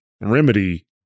Remedy